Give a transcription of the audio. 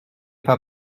pas